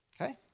Okay